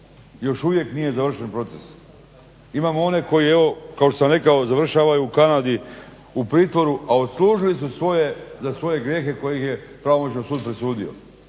Još uvijek nije završen proces. Imamo one koji kako sam rekao završavaju u Kanadi u pritvoru a odslužili su za svoje grijehe kojih je pravomoćno sud presudio